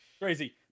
Crazy